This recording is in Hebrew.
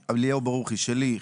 שלי,